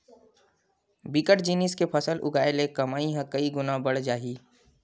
बिकट जिनिस के फसल उगाय ले कमई ह कइ गुना बाड़ जाही